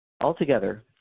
Altogether